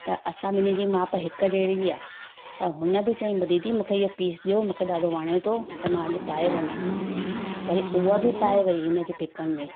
त असां ॿिनी जी माप हिकु जहिड़ी आहे त हुन बि चई बि दीदी मूंखे हीअ पीस ॾेयो मूंखे ॾाढो वणे थो त मां अॼु पाए वञां वरी उहा बि पाए वई उन जे पेकनि में